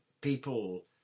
people